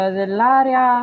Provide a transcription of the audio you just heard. dell'area